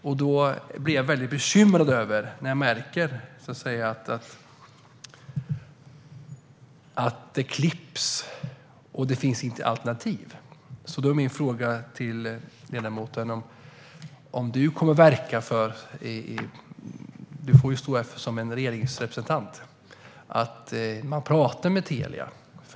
Därför blir jag väldigt bekymrad när jag märker att det klipps och att det inte finns alternativ. Du får stå här som en regeringsrepresentant, Emma Nohrén, och jag vill fråga dig om regeringen pratar med Telia.